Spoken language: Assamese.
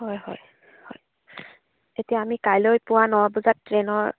হয় হয় হয় এতিয়া আমি কাইলৈ পুৱা ন বজাত ট্ৰেইনৰ